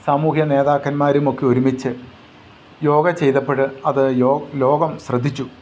സാമൂഹിക നേതാക്കന്മാരുമൊക്കെ ഒരുമിച്ച് യോഗ ചെയ്തപ്പോൾ അത് ലോകം ശ്രദ്ധിച്ചു